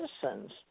citizens